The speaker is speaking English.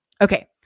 Okay